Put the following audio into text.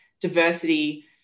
diversity